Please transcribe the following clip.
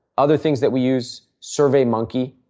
other things that we use, survey monkey,